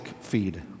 feed